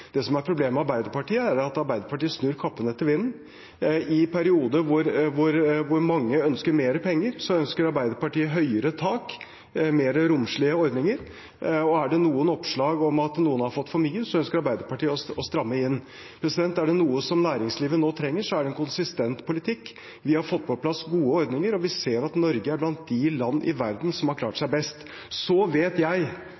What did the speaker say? Det som er problemet med Arbeiderpartiet, er at Arbeiderpartiet snur kappen etter vinden. I perioder der mange ønsker mer penger, ønsker Arbeiderpartiet høyere tak, mer romslige ordninger. Er det noen oppslag om at noen har fått for mye, ønsker Arbeiderpartiet å stramme inn. Er det noe næringslivet nå trenger, er det en konsistent politikk. Vi har fått på plass gode ordninger, og vi ser at Norge er blant de land i verden som har klart